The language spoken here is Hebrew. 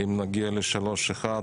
אם נגיע ל-3.1,